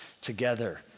together